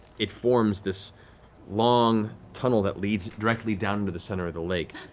it forms this long tunnel that leads directly down into the center of the lake.